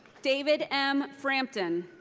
david m. frampton.